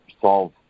solve